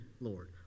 Lord